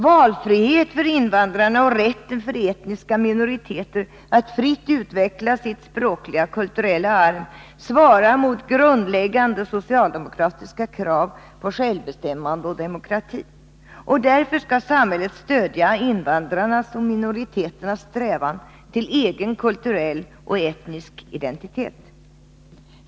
Valfrihet för invandrarna och rätten för etniska minoriteter att fritt utveckla sitt språkliga och kulturella arv svarar mot grundläggande socialdemokratiska krav på självbestämmande och demokrati. Därför skall samhället stödja invandrarnas och minoriteternas strävan till egen kulturell och etnisk identitet.